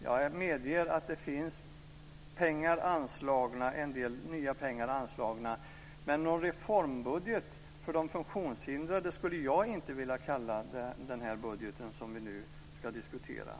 Jag medger att det finns en del nya pengar anslagna, men någon reformbudget för de funktionshindrade skulle jag inte vilja kalla den här budgeten som vi nu diskuterar.